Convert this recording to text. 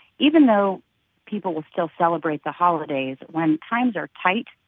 even though people will still celebrate the holidays when times are tight,